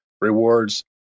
rewards